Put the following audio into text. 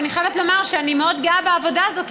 ואני חייבת לומר שאני מאוד גאה בעבודה הזאת,